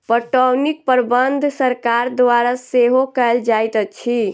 पटौनीक प्रबंध सरकार द्वारा सेहो कयल जाइत अछि